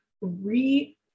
re-